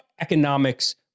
economics